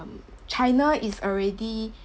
china is already